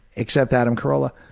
except adam carolla,